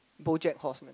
BoJack Horseman